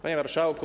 Panie Marszałku!